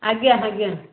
ଆଜ୍ଞା ଆଜ୍ଞା